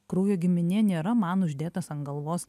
kraujo giminė nėra man uždėtas ant galvos